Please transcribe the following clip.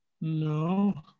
No